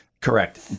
Correct